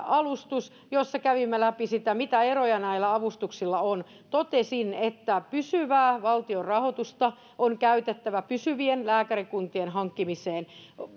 alustus jossa kävimme läpi sitä mitä eroja näillä avustuksilla on totesin että pysyvää valtionrahoitusta on käytettävä pysyvien lääkärikuntien hankkimiseen